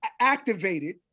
activated